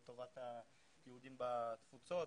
לטובת היהודים בתפוצות.